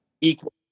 equal